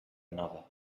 another